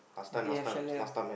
they have chalet ah